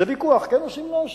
זה ויכוח, כן עושים או לא עושים.